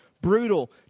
Brutal